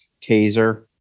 taser